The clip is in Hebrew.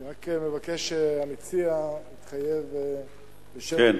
אני רק מבקש שהמציע יתחייב בשם המציעים.